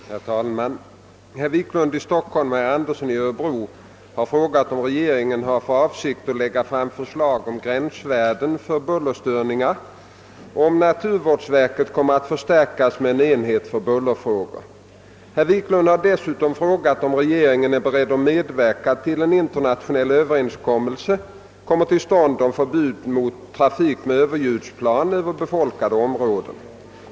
Herr talman! Herr Wiklund i Stockholm och herr Andersson i Örebro har frågat om regeringen har för avsikt att lägga fram förslag om gränsvärden för bullerstörningar och om naturvårdsverket kommer att förstärkas med en enhet för bullerfrågor. Herr Wiklund har dessutom frågat om regeringen är beredd att medverka till att en internationell överenskommelse kommer till stånd om förbud mot trafik med överljudsplan över befolkade områden.